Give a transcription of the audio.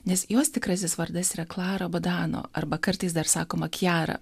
nes jos tikrasis vardas yra klara badano arba kartais dar sakoma kjara